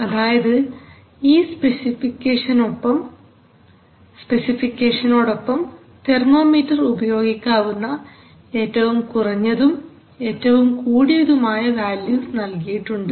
അതായത് ഈ സ്പെസിഫിക്കേഷനോടൊപ്പം തെർമോമീറ്റർ ഉപയോഗിക്കാവുന്ന ഏറ്റവും കുറഞ്ഞതും ഏറ്റവും കൂടിയതുമായ വാല്യൂസ് നൽകിയിട്ടുണ്ട്